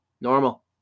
Normal